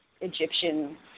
Egyptian